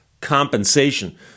compensation